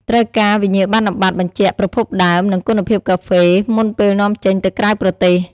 ត្រូវការវិញ្ញាបនបត្របញ្ជាក់ប្រភពដើម និងគុណភាពកាហ្វេ មុនពេលនាំចេញទៅក្រៅប្រទេស។